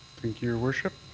thank you, your worship.